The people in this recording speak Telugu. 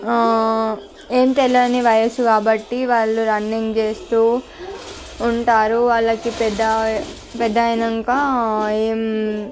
ఏమి తెలియని వయసు కాబట్టి వాళ్ళు రన్నింగ్ చేస్తూ ఉంటారు వాళ్ళకి పెద్ద పెద్ద అయినాక ఏమి